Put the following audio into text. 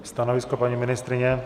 Stanovisko paní ministryně?